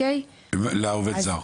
לעובד זר.